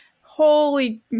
Holy